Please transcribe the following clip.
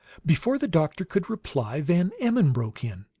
before the doctor could reply, van emmon broke in.